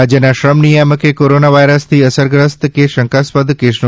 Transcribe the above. રાજ્યના શ્રમ નિયામકે કોરોના વાયરસથી અસરગ્રસ્ત કે શંકાસ્પદ કેસનો